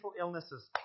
illnesses